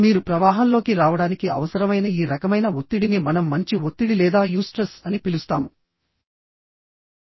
ఇప్పుడు మీరు ప్రవాహంలోకి రావడానికి అవసరమైన ఈ రకమైన ఒత్తిడిని మనం మంచి ఒత్తిడి లేదా యూస్ట్రెస్ అని పిలుస్తాము